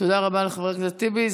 תודה רבה לחבר הכנסת טיבי.